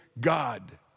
God